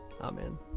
Amen